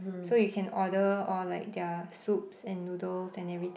so you can order or like their soups and noodles and everything